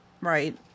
Right